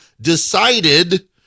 decided